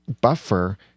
Buffer